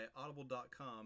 Audible.com